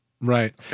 Right